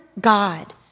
God